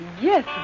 yes